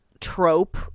trope